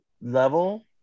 level